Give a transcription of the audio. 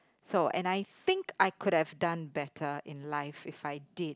so and I think I could have done better in life if I did